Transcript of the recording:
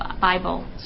Bible